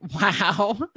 Wow